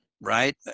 Right